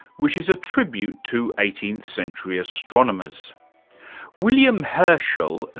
which is a tribute to eighteenth century astronomers william herschel,